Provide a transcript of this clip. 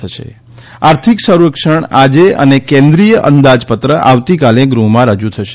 થશે આર્થિક સર્વેક્ષણ આજે અને કેન્દ્રીય અંદાજપત્ર આવતીકાલે ગૃહમાં રજુ થશે